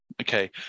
Okay